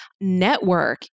network